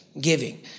Giving